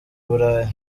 burayi